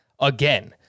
again